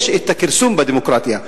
יש כרסום בדמוקרטיה.